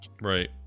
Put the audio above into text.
right